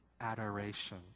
adoration